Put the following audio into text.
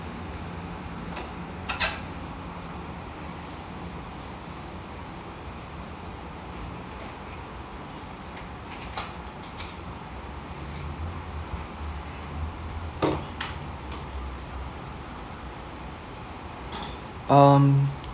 um